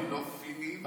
אני לא פיני ואני לא שבדי.